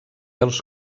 els